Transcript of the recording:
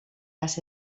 las